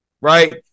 right